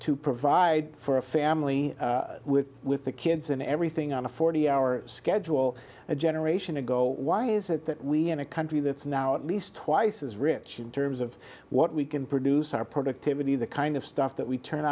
to provide for a family with with the kids and everything on a forty hour schedule a generation ago why is it that we in a country that's now at least twice as rich in terms of what we can produce our productivity the kind of stuff that we turn